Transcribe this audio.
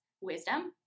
wisdom